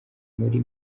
muri